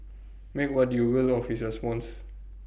make what you will of his response